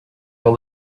all